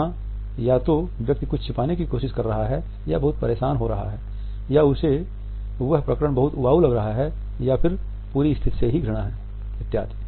यहाँ या तो व्यक्ति कुछ छिपाने की कोशिश कर रहा है या बहुत परेशान हो रहा है या उसे वह प्रकरण बहुत उबाऊ लग रहा है या फिर पूरी स्थिति से घृणा है इत्यादि